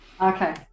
Okay